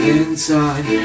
inside